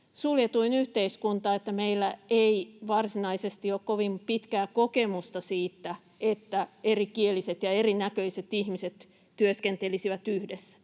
suljetuin yhteiskunta, eli meillä ei varsinaisesti ole kovin pitkää kokemusta siitä, että erikieliset ja erinäköiset ihmiset työskentelisivät yhdessä.